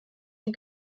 die